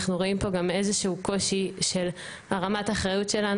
אנחנו רואים פה גם איזשהו קושי של רמת האחריות שלנו.